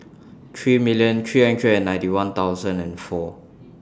three million three hundred and ninety one thousand and four